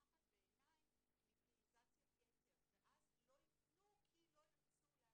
הפחד מפלילזציית יתר ואז לא יפנו כי לא ירצו להפליל.